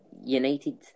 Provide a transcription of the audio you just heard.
United